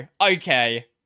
okay